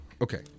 Okay